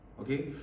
Okay